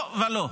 לא ולא,